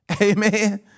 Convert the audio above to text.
Amen